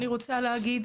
אני רוצה להגיד,